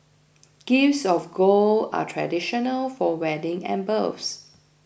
gifts of gold are traditional for wedding and births